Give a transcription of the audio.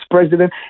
president